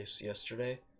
yesterday